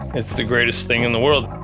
it's the greatest thing in the world.